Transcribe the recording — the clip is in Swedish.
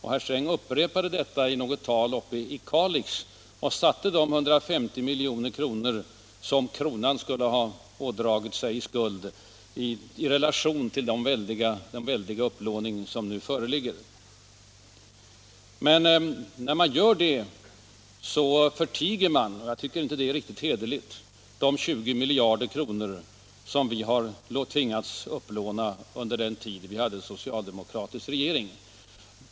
Herr Sträng upprepade detta i något tal uppe i Kalix och satte de 150 milj.kr. som kronan skulle ha ådragit sig i skuld i relation till den väldiga upplåning som nu föreligger. Men när man gör så förtiger man — jag tycker inte det är riktigt hederligt - de 20 miljarder som Sverige tvingades upplåna under den tid som vi hade socialdemokratisk regering.